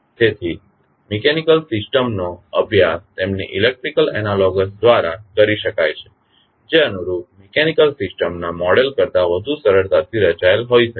તેથી મિકેનીકલ સિસ્ટમનો અભ્યાસ તેમની ઇલેક્ટ્રિકલ એનાલોગસ દ્વારા કરી શકાય છે જે અનુરૂપ મિકેનીકલ સિસ્ટમના મોડેલ કરતા વધુ સરળતાથી રચાયેલ હોઈ શકે છે